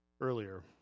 earlier